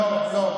לא, לא.